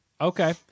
okay